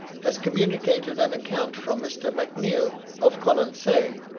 has communicated an account from mr. macneill, of colonsay,